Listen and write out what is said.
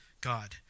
God